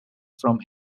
from